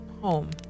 home